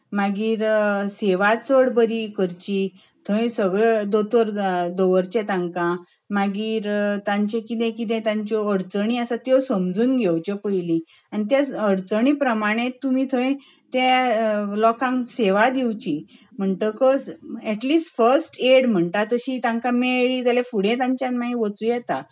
मागीर सेवा चड बरी करची थंय सगळे दोतोर दवरचे तांकां मागीर तांचे कितें कितें तांच्यो अडचणीं आसात त्यो समजून घेवच्यो पयलीं आनी त्या अडचणी प्रमाणें तुमी थंय त्या लोकांक सेवा दिवची म्हणटकच एटलिस्ट फर्स्ट एड म्हणटा तशी तांकां मेळ्ळी जाल्यार मागीर फुडें तांच्यान मागीर वचूं येता